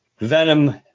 Venom